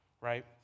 right